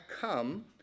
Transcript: come